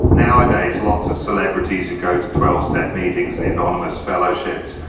nowadays, lots of celebrities who go to twelve step meetings, the anonymous fellowships,